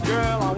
Girl